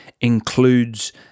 includes